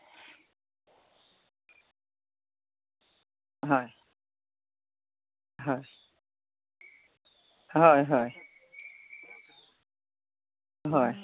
হয় হয় হয় হয় হয়